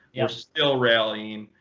we're still rallying.